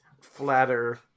flatter